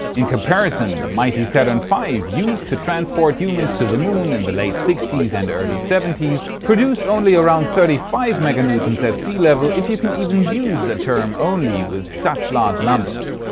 in comparison, the mighty saturn v, used to transport humans to the moon in the late sixty s and early seventy s produced only around thirty five mega newtons at sea level, if you can even use the term only with such large numbers.